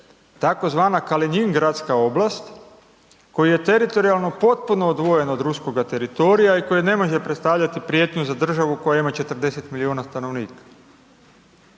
tzv. Kalinjin gradska oblast koja je teritorijalno potpuno odvojena od ruskoga teritorija i koja ne može predstavljati prijetnju za državu koja ima 40 milijuna stanovnika.